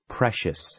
Precious